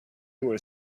were